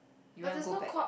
you want to go back